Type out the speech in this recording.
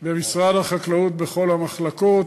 במשרד החקלאות בכל המחלקות.